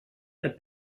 the